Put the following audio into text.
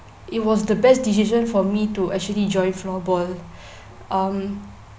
it was the best decision for me to actually join floorball um